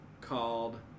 called